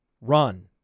Run